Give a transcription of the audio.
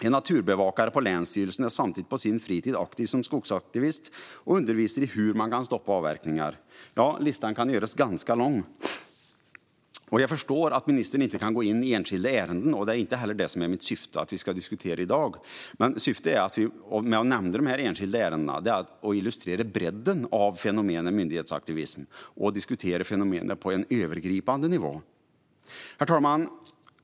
En naturbevakare på länsstyrelsen är samtidigt på sin fritid aktiv som skogsaktivist och undervisar i hur man kan stoppa avverkningar. Listan kan göras ganska lång. Jag förstår att ministern inte kan gå in på enskilda ärenden. Det är inte heller mitt syfte att vi ska diskutera det i dag. Mitt syfte med att nämna enskilda ärenden är att illustrera bredden av fenomenet myndighetsaktivism och att diskutera fenomenet på en övergripande nivå. Herr talman!